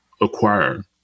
acquire